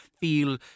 feel